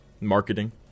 Marketing